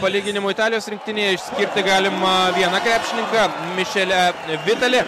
palyginimui italijos rinktinėje išskirti galima vieną krepšininką mišele vitali